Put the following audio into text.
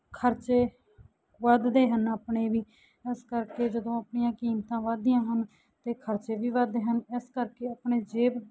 ਖਰਚੇ ਵਧਦੇ ਹਨ ਆਪਣੇ ਵੀ ਇਸ ਕਰਕੇ ਜਦੋਂ ਆਪਣੀਆਂ ਕੀਮਤਾਂ ਵਧਦੀਆਂ ਹਨ ਅਤੇ ਖਰਚੇ ਵੀ ਵਧਦੇ ਹਨ ਇਸ ਕਰਕੇ ਆਪਣੀ ਜੇਬ